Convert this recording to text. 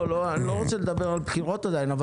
אני עדיין לא רוצה לדבר על בחירות אבל